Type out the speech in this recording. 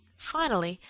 finally,